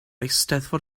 eisteddfod